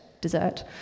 dessert